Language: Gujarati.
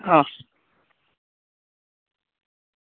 હ